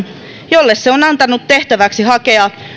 jolle se on antanut tehtäväksi hakea